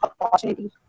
opportunity